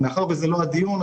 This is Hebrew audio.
לאדם,